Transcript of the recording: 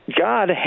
God